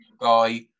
guy